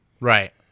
right